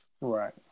Right